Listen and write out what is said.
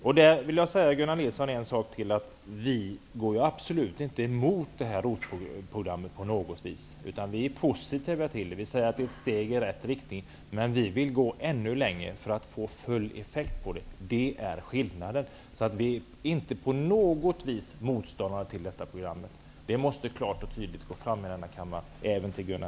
Jag vill säga Gunnar Nilsson en sak till. Vi går absolut inte emot ROT-programmet på något vis. Vi är positiva till det och säger att det är ett steg i rätt riktning. Men vi vill gå ännu längre för att få full effekt. Det är skillnaden. Vi är inte på något vis motståndare till ROT-programmet. Det måste vara klart och tydligt i denna kammare, även för Gunnar